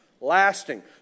lasting